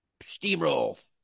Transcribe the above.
steamroll